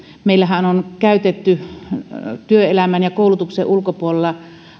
meillähän on puhuttu että työelämän ja koulutuksen ulkopuolella